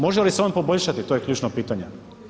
Može li se on poboljšati, to je ključno pitanje.